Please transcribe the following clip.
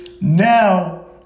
Now